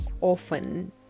often